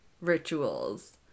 rituals